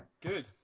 Good